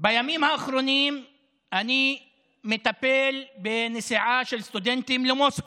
בימים האחרונים אני מטפל בנסיעה של סטודנטים למוסקבה.